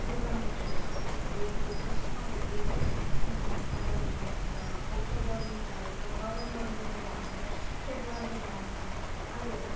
गोजां बोथोर सम बे बोथोर समा गोग्लैयो जोंना जागायजेनो अक्ट'बरनिफ्राय बा नबेम्बरनिफ्राय लानानै फेब्रुवारि दानसिम आरो